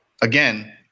again